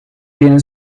tiene